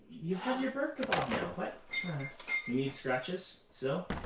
you have your bird kabob now. but you need scratches so